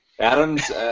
Adam's